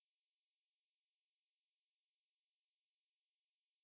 and telling me exactly frame by frame what you all want to put in